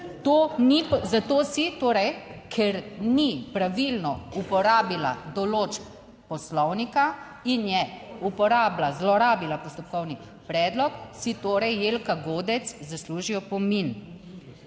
torej, ker ni pravilno uporabila določb poslovnika in je uporabila, zlorabila postopkovni predlog si torej Jelka Godec zasluži opomin.